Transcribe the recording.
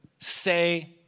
say